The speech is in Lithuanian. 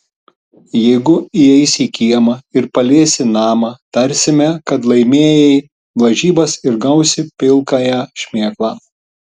jeigu įeisi į kiemą ir paliesi namą tarsime kad laimėjai lažybas ir gausi pilkąją šmėklą